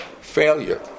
failure